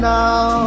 now